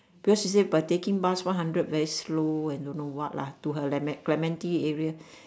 because she say but taking bus one hundred very slow and don't know what lah to her laymad clementi area